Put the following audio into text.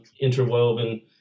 interwoven